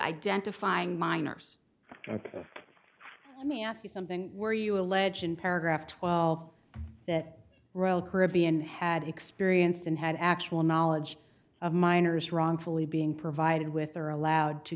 identifying minors let me ask you something where you allege in paragraph twelve that royal caribbean had experienced and had actual knowledge of minors wrongfully being provided with or allowed to